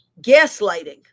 gaslighting